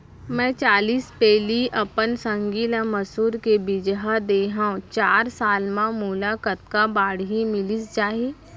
मैं चालीस पैली अपन संगी ल मसूर के बीजहा दे हव चार साल म मोला कतका बाड़ही मिलिस जाही?